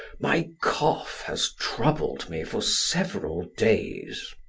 my cough has troubled me for several days.